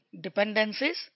dependencies